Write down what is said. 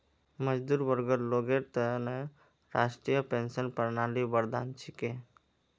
मजदूर वर्गर लोगेर त न राष्ट्रीय पेंशन प्रणाली वरदान छिके